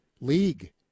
league